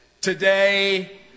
Today